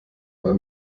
weil